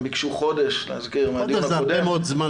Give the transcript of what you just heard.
הם ביקשו חודש מהדיון הקודם,